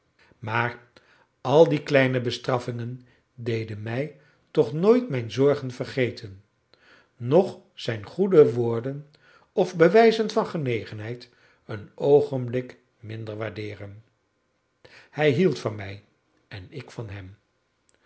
maar al die kleine bestraffingen deden mij toch nooit zijn zorgen vergeten noch zijn goede woorden of bewijzen van genegenheid een oogenblik minder waardeeren hij hield van mij en ik van hem